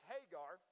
Hagar